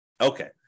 okay